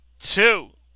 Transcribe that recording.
two